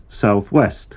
southwest